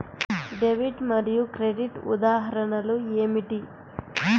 Debit మరియు credit ఉదాహరణలు ఏమిటీ?